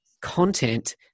content